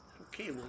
Okay